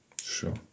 Sure